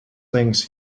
things